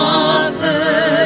offer